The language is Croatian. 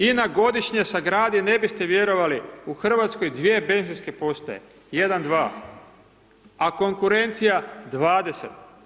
INA godišnje sagradi, ne biste vjerovali u Hrvatskoj dvije benzinske postaje, jedan, dva a konkurencija 20.